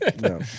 no